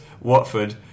Watford